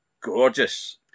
gorgeous